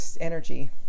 energy